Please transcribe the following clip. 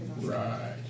Right